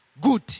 good